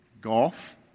golf